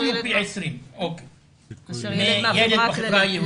מהחברה הכללית -- הסיכוי הוא פי 20 לעומת ילד בחברה היהודית.